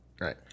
Right